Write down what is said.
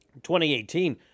2018